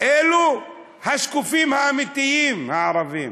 אלו השקופים האמיתיים, הערבים,